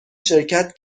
شرکت